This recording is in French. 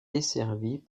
desservie